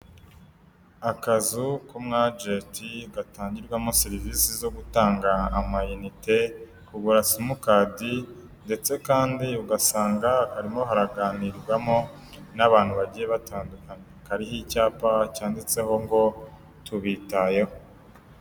Akazu k'umwagenti, gatangirwamo serivisi zo gutanga ama inite, kugura simukadi ndetse kandi ugasanga harimo haraganirirwamo n'abantu bagiye batandukanye. Hari ho icyapa cyanditseho ngo tubitayeho.